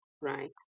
right